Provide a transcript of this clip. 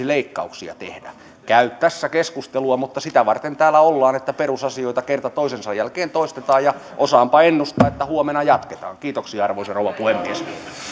leikkauksia tehdä käy tässä keskustelua mutta sitä varten täällä ollaan että perusasioita kerta toisensa jälkeen toistetaan osaanpa ennustaa että huomenna jatketaan kiitoksia arvoisa rouva puhemies